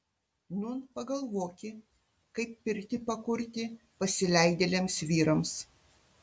nūn pagalvoki kaip pirtį pakurti pasileidėliams vyrams